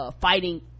fighting